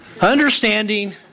Understanding